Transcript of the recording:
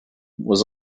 was